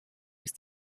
ist